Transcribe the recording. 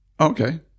okay